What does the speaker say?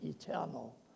eternal